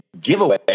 giveaway